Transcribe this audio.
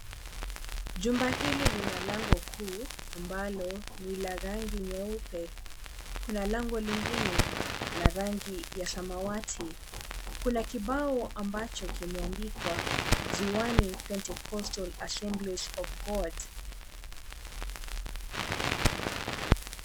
Jumba hili lina lango kuu ambalo ni la rangi nyeupe, kuna lango lingine la rangi ya samawati, kuna kibao ambacho kimeandikwa, 'Ziwani Pentecostal Assembly of God.'